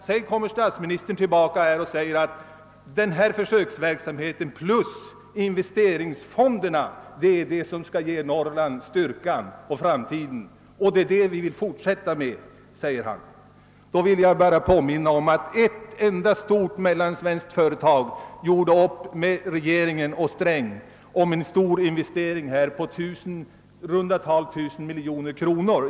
Statsministern fortsatte med att säga att användningen av investeringsfonder skall ge Norrland styrka och en ljus framtid och han framhöll att man skall fortsätta med verksamheten. Jag vill i detta sammanhang bara påminna om att ett enda stort mellansvenskt företag för inte så länge sedan träffade avtal med regeringen om en stor investering på i runt tal 1000 miljoner kronor.